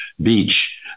beach